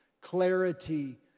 clarity